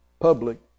public